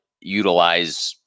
utilize